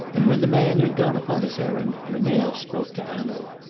and when the man had gone upon his errand lemerre spoke to hanaud.